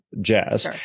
jazz